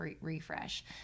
refresh